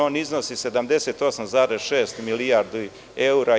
On iznosi 78,6 milijardi evra.